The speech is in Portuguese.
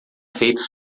feitos